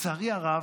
לצערי הרב,